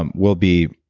um will be